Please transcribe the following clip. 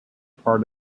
part